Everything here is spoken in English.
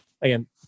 Again